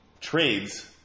trades